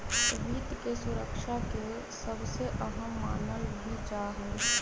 वित्त के सुरक्षा के सबसे अहम मानल भी जा हई